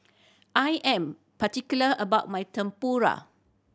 I am particular about my Tempura